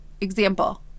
Example